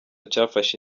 cyafashe